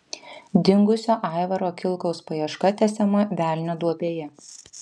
dingusio aivaro kilkaus paieška tęsiama velnio duobėje